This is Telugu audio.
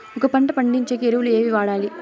ఒక పంట పండించేకి ఎరువులు ఏవి వాడాలి?